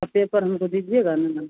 आप पेपर हमको दीजिएगा न